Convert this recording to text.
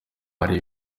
ariko